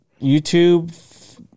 YouTube